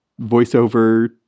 voiceover